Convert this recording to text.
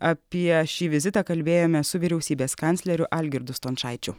apie šį vizitą kalbėjome su vyriausybės kancleriu algirdu stončaičiu